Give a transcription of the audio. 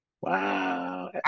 Wow